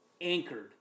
anchored